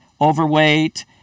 overweight